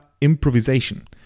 improvisation